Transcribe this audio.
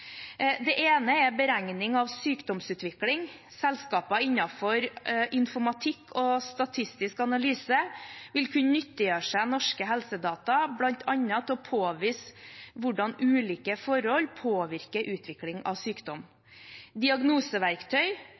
Det ene er beregning av sykdomsutvikling, der selskaper innenfor informatikk og statistisk analyse vil kunne nyttiggjøre seg norske helsedata, bl.a. til å påvise hvordan ulike forhold påvirker utvikling av sykdom. Diagnoseverktøy: